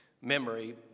memory